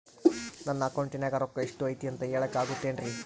ನನ್ನ ಅಕೌಂಟಿನ್ಯಾಗ ರೊಕ್ಕ ಎಷ್ಟು ಐತಿ ಅಂತ ಹೇಳಕ ಆಗುತ್ತೆನ್ರಿ?